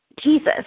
Jesus